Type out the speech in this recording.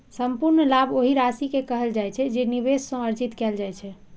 संपूर्ण लाभ ओहि राशि कें कहल जाइ छै, जे निवेश सं अर्जित कैल जाइ छै